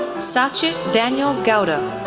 sachit daniel gowda,